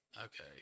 Okay